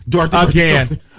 again